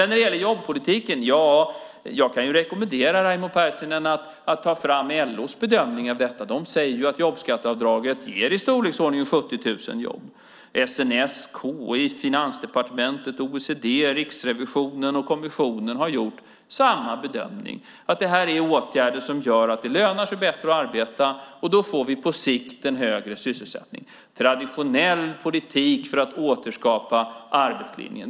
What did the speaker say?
När det gäller jobbpolitiken kan jag rekommendera Raimo Pärssinen att ta fram LO:s bedömning av detta. De säger att jobbskatteavdraget ger i storleksordningen 70 000 jobb. SNS, KI, Finansdepartementet, OECD, Riksrevisionen och kommissionen har gjort samma bedömning; det här är åtgärder som gör att det lönar sig bättre att arbeta, och då får vi på sikt en högre sysselsättning. Det är traditionell politik för att återskapa arbetslinjen.